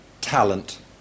talent